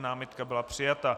Námitka byla přijata.